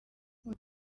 rwego